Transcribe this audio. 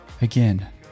Again